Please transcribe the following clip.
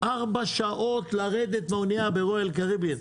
ארבע שעות לרדת באונייה ברויאל קריביים.